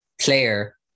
player